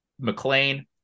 McLean